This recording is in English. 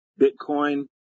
Bitcoin